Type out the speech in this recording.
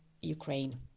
Ukraine